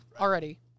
already